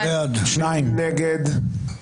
מי נגד?